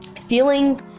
feeling